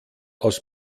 aus